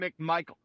McMichael